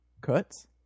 Cuts